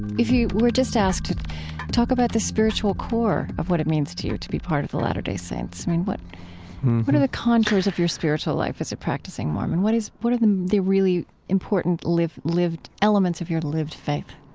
if you were just asked, talk about the spiritual core of what it means to you to be part of the latter-day saints i mean, what, what are the concurs of your spiritual life as a practicing mormon? what is, what the the really important lived lived elements of your lived faith?